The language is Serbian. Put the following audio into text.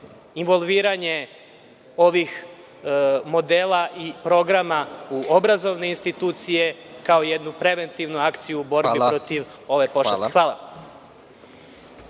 involviranje ovih modela i programa u obrazovne institucije kao jednu preventivnu akciju u borbi protiv ove pošasti. Hvala.